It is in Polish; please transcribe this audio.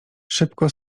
szybko